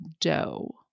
dough